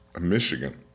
Michigan